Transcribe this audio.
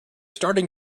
starting